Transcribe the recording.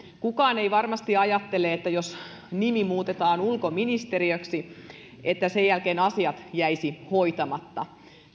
kukaan ei varmasti ajattele että jos nimi muutetaan ulkoministeriöksi niin sen jälkeen asiat jäisivät hoitamatta